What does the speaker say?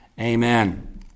amen